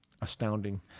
astounding